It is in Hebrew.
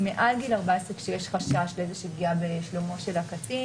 מעל גיל 14 כאשר יש חשש לפגיעה בשלומו של הקטין